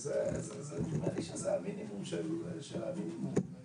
בחיסון שלישי והחיסון השני שלהם הוא לא בתוקף או כי הם החלימו ולא